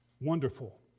wonderful